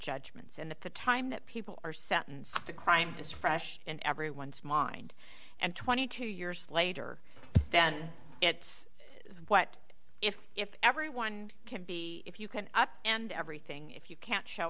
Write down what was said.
judgments and the time that people are sentenced to crime is fresh in everyone's mind and twenty two years later then it's what if if everyone can be if you can up and everything if you can't show